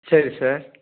சரி சார்